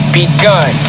begun